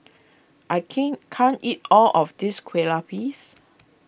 I keen can't eat all of this Kueh Lupis